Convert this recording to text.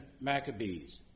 Maccabees